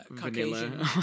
Caucasian